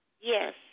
Yes